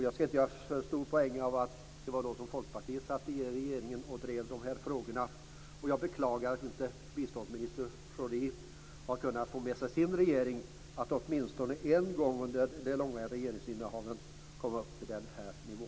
Jag skall inte göra så stor poäng av att det var då som Folkpartiet satt i regeringen och drev dessa frågor. Jag beklagar att inte biståndsminister Schori har kunnat få med sig sin regering, så att man åtminstone en gång under det långa regeringsinnehavet hade kunnat komma upp till den här nivån.